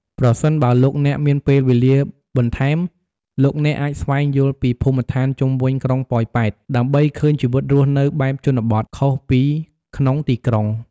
ប្រសិនបើលោកអ្នកមានពេលវេលាបន្ថែម លោកអ្នកអាចស្វែងយល់ពី ភូមិឋានជុំវិញក្រុងប៉ោយប៉ែត ដើម្បីឃើញជីវិតរស់នៅបែបជនបទខុសពីក្នុងទីក្រុង។